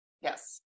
Yes